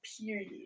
Period